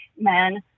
men